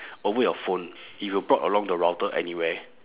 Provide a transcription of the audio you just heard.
over your phone if you brought along the router anywhere